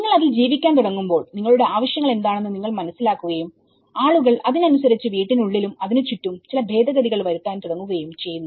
നിങ്ങൾ അതിൽ ജീവിക്കാൻ തുടങ്ങുമ്പോൾ നിങ്ങളുടെ ആവശ്യങ്ങൾ എന്താണെന്ന് നിങ്ങൾ മനസ്സിലാക്കുകയും ആളുകൾ അതിനനുസരിച്ച് വീട്ടിനുള്ളിലും അതിനുചുറ്റും ചില ഭേദഗതികൾ വരുത്താൻ തുടങ്ങുകയും ചെയ്യുന്നു